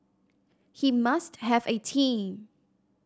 he must have a team